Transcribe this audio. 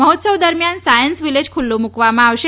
મહોત્સવ દરમિયાન science village ખુલ્લુ મુકવામાં આવશે